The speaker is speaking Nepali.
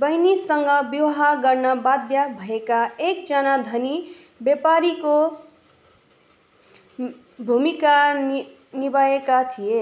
बहिनीसँग विवाह गर्न बाध्य भएका एकजना धनी व्यापारीको भूमिका नि निभाएका थिए